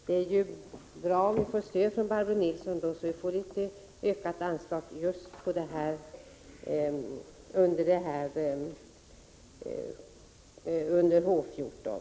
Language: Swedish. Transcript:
Det är bra om vi får stöd av Barbro Nilsson för förslaget om ett större belopp under anslaget H 14.